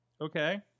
okay